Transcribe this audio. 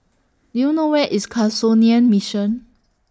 Do YOU know Where IS Mission